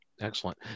Excellent